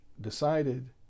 decided